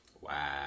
Wow